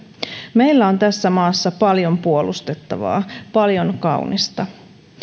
meillä on tässä maassa paljon puolustettavaa paljon kaunista